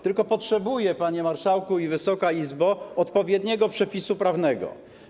Tylko ona potrzebuje, panie marszałku i Wysoka Izbo, odpowiedniego przepisu prawnego.